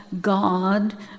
God